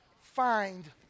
find